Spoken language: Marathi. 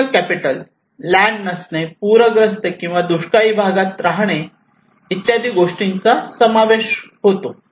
नॅशनल कॅपिटल लँड नसणे पूरग्रस्त किंवा दुष्काळी भागात राहणे इत्यादी गोष्टींचा समावेश असतो